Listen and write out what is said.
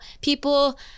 people